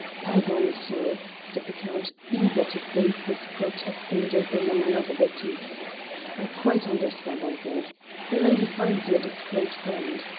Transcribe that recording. pardon, monsieur, said the count, eager to save this protesting gentleman another betise i quite understand, i think the lady finds you a discreet friend.